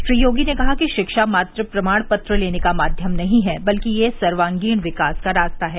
श्री योगी ने कहा कि रिक्षा मात्र प्रमाण पत्र लेने का माध्यम नहीं है बल्कि यह एक सर्वागीण विकास का रास्ता है